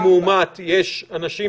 הסתייגות מס'